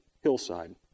hillside